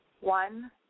One